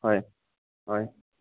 হয় হয়